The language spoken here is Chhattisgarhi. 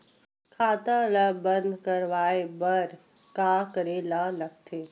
खाता ला बंद करवाय बार का करे ला लगथे?